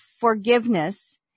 forgiveness